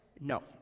No